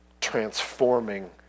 transforming